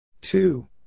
Two